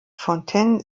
fontaine